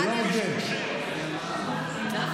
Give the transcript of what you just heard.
לא,